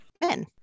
men